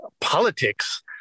politics